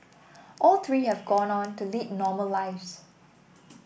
all three have gone on to lead normal lives